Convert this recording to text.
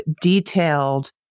detailed